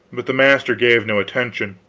but the master gave no attention.